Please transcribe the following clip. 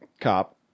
cop